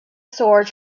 sword